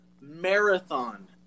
marathon